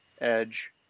edge